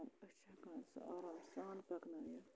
أسۍ چھِ ہٮ۪کان سُہ آرام سان پَکنٲیِتھ